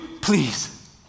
please